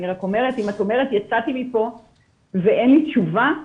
אני רק אומרת שאם את אומרת שיצאת מפה ואין לך תשובה,